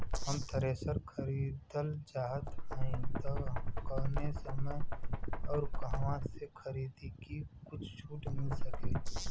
हम थ्रेसर खरीदल चाहत हइं त कवने समय अउर कहवा से खरीदी की कुछ छूट मिल सके?